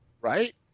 right